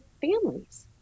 families